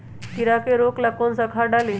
कीड़ा के रोक ला कौन सा खाद्य डाली?